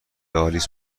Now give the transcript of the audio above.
آلیس